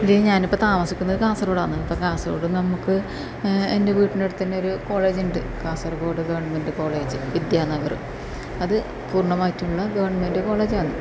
ഞാനിപ്പോൾ താമസിക്കുന്നത് കാസർകോടാന്ന് ഇപ്പോൾ കാസർഗോഡ് നമുക്ക് എൻ്റെ വീടിൻ്റെ അടുത്ത് തന്നെ ഒരു കോളേജ് ഉണ്ട് കാസർഗോഡ് ഗവൺമെൻറ് കോളേജ് വിദ്യാ നഗർ അത് പൂർണ്ണമായിട്ടുള്ള ഗവൺമെൻറ് കോളേജാന്ന്